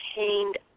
obtained